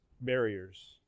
barriers